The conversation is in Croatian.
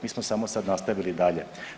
Mi smo samo sad nastavili dalje.